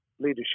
leadership